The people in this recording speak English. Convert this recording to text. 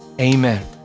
Amen